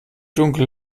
dunkel